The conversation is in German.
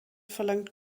verlangt